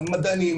מדענים,